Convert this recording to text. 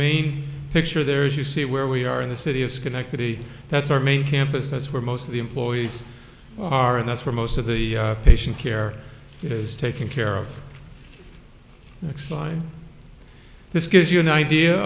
main picture there is you see where we are in the city of schenectady that's our main campus that's where most of the employees are and that's where most of the patient care is taken care of next time this gives you an idea